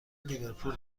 لیورپول